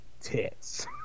tits